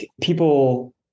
people